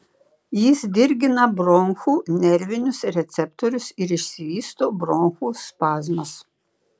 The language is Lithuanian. jis dirgina bronchų nervinius receptorius ir išsivysto bronchų spazmas